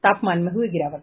तापमान में हुई गिरावट